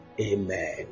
amen